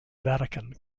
vatican